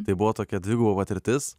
tai buvo tokia dviguba patirtis